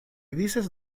dices